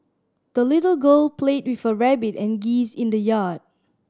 the little girl played with her rabbit and geese in the yard